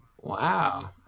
wow